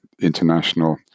international